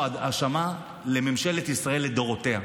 יש פה האשמה של ממשלת ישראל לדורותיה.